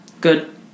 Good